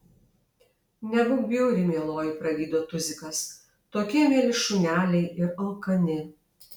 nebūk bjauri mieloji pragydo tuzikas tokie mieli šuneliai ir alkani